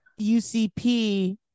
UCP